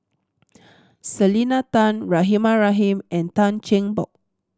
Selena Tan Rahimah Rahim and Tan Cheng Bock